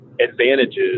advantages